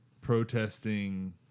protesting